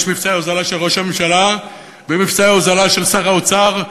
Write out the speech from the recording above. יש מבצעי הוזלה של ראש הממשלה ומבצעי הוזלה של שר האוצר,